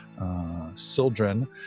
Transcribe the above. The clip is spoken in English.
Sildren